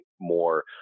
more